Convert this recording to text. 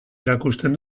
erakusten